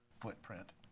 footprint